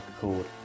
called